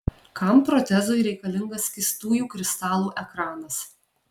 kam protezui reikalingas skystųjų kristalų ekranas